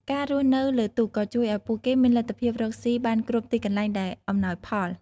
ការរស់នៅលើទូកក៏ជួយឲ្យពួកគេមានលទ្ធភាពរកស៊ីបានគ្រប់ទីកន្លែងដែលអំណោយផល។